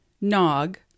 nog